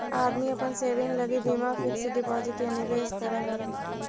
आदमी अपन सेविंग लगी बीमा फिक्स डिपाजिट या निवेश करऽ हई